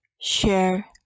share